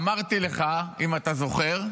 אמרתי לך, אם אתה זוכר: